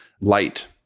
light